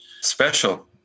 special